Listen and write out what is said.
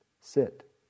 Sit